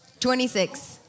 26